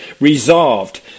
Resolved